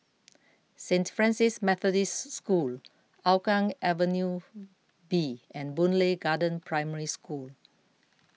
Saint Francis Methodist School Hougang Avenue B and Boon Lay Garden Primary School